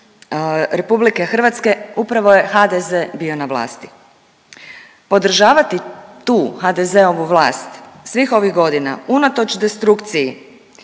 neovisne RH upravo je HDZ bio na vlasti. Podržavati tu HDZ-ovu vlast svih ovih godina unatoč destrukciji,